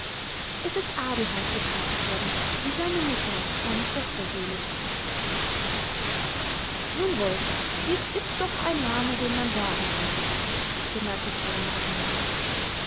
es ist adelheid getauft worden wie seine mutter meine schwester selig nun wohl dies ist doch ein name den man sagen kann bemerkte fräulein